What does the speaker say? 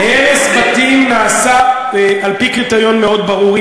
הרס בתים נעשה על-פי קריטריון מאוד ברור.